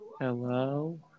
Hello